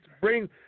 bring